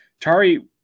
Tari